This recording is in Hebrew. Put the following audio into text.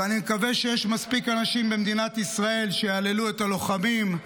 ואני מקווה שיש מספיק אנשים במדינת ישראל שיהללו את הלוחמים,